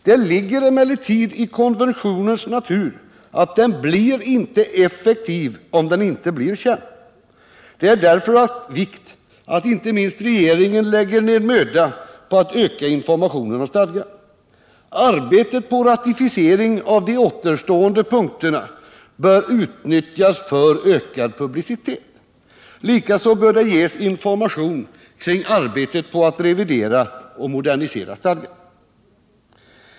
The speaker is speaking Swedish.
Det ligger emellertid i konventionens natur att den inte blir effektiv, om den inte blir känd. Det är därför av vikt att inte minst regeringen lägger ned möda på att öka informationen om stadgan. Arbetet på ratificering av de återstående punkterna bör utnyttjas för ökad publicitet. Likaså bör det ges information kring arbetet på att revidera och modernisera stadgan.